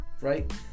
right